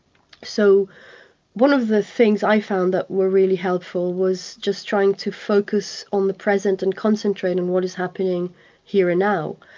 so one of the things i found that were really helpful was just trying to focus on the present and concentrating on what is happening here and now,